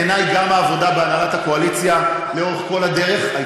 בעיני גם העבודה בהנהלת הקואליציה לאורך כל הדרך,